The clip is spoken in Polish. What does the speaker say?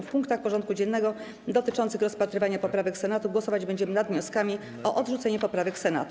W punktach porządku dziennego dotyczących rozpatrywania poprawek Senatu głosować będziemy nad wnioskami o odrzucenie poprawek Senatu.